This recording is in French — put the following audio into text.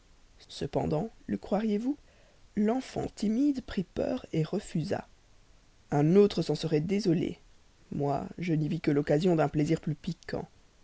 cependant le croiriez-vous l'enfant timide prit peur refusa un autre s'en serait désolé moi je n'y vis que l'occasion d'un plaisir plus piquant